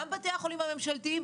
גם בתי החולים הממשלתיים,